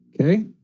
Okay